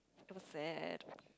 it was sad